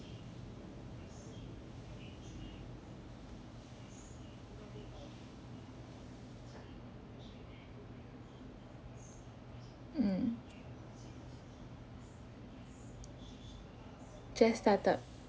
mm just started